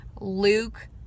Luke